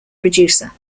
producer